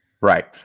Right